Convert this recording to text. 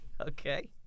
okay